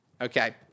Okay